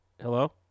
Hello